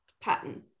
pattern